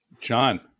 John